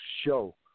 show